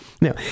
Now